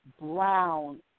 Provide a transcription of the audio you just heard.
brown